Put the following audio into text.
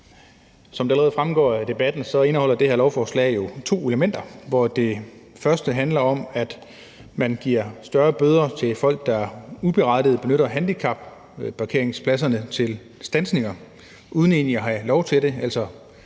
Som det allerede fremgår af debatten, indeholder det her lovforslag jo to elementer, hvoraf det første handler om, at man giver større bøder til folk, der uberettiget benytter handicapparkeringspladserne til standsning uden egentlig at have lov til det.